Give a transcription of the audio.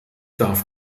darf